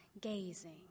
gazing